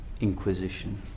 Inquisition